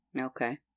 Okay